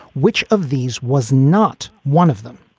which of these was not one of them?